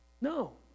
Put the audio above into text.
No